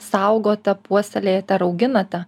saugote puoselėjate ar auginate